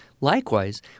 likewise